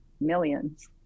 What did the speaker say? millions